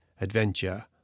adventure